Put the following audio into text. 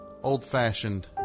Old-fashioned